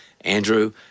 Andrew